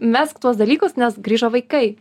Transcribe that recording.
mesk tuos dalykus nes grįžo vaikai